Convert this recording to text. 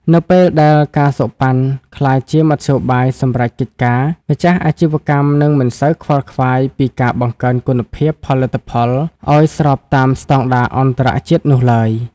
នៅពេលដែល ការសូកប៉ាន់ ក្លាយជាមធ្យោបាយសម្រេចកិច្ចការ ម្ចាស់អាជីវកម្មនឹងមិនសូវខ្វល់ខ្វាយពីការបង្កើនគុណភាពផលិតផលឱ្យស្របតាមស្ដង់ដារអន្តរជាតិនោះឡើយ។